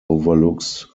overlooks